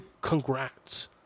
congrats